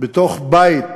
בתוך בית